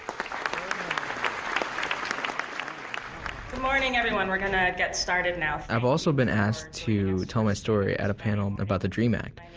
um morning everyone. we're going to get started now, i've also been asked to tell my story at a panel about the dream act.